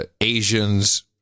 Asians